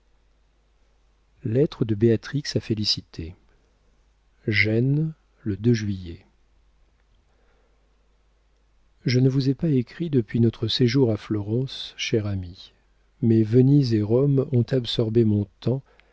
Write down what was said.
de béatrix a félicité gênes le juillet je ne vous ai pas écrit depuis notre séjour à florence chère amie mais venise et rome ont absorbé mon temps